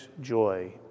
joy